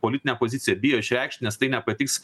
politinę poziciją bijo išreikšti nes tai nepatiks